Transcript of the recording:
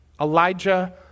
Elijah